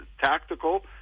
tactical